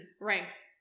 Ranks